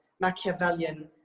Machiavellian